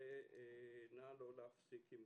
ונא לא להפסיק בכך.